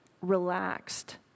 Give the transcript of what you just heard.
relaxed